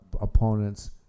opponents